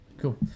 cool